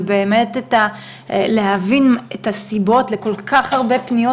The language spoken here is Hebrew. ובאמת להבין את הסיבות לכל כך הרבה פניות